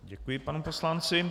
Děkuji panu poslanci.